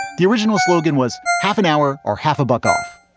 the original slogan was half an hour or half a buck off.